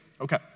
Okay